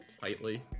tightly